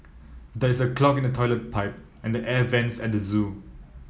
there is a clog in the toilet pipe and air vents at the zoo